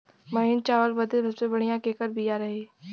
महीन चावल बदे सबसे बढ़िया केकर बिया रही?